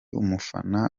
umufana